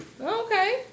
Okay